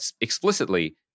explicitly